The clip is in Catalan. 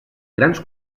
grans